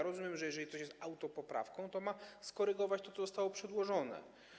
Rozumiem, że jeżeli coś jest autopoprawką, to ma skorygować to, co zostało przedłożone.